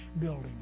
building